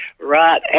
right